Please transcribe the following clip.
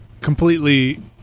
completely